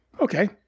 Okay